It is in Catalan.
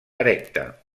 erecta